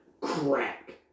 Crack